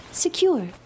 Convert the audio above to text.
secure